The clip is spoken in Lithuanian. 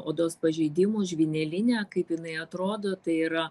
odos pažeidimų žvynelinę kaip jinai atrodo tai yra